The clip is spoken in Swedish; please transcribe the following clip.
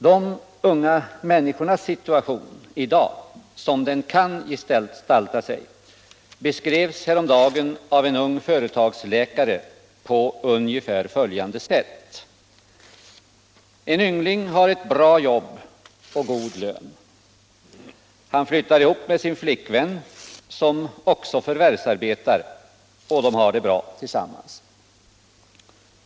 De unga människornas situation i dag, som den kan gestalta sig, beskrevs häromdagen av en ung företagsläkare på ungefär följande sätt: En yngling har ett bra jobb och god lön. Han flyttar ihop med sin flickvän, som också förvärvsarbetar, och de har det bra tillsammans.